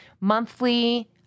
monthly